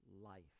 life